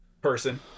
Person